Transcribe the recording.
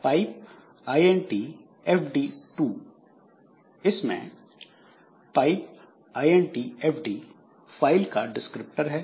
pipe int fd2 इसमें pipe int fd file का descriptor है